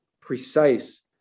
precise